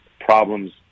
problems